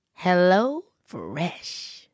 HelloFresh